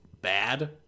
bad